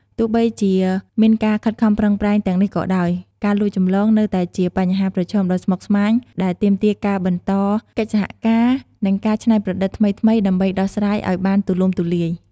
ទោះបីជាមានការខិតខំប្រឹងប្រែងទាំងនេះក៏ដោយ ការលួចចម្លងនៅតែជាបញ្ហាប្រឈមដ៏ស្មុគស្មាញដែលទាមទារការបន្តកិច្ចសហការ និងការច្នៃប្រឌិតថ្មីៗដើម្បីដោះស្រាយឱ្យបានទូលំទូលាយ។